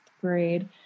grade